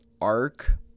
arc